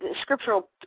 scriptural